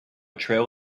trail